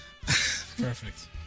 perfect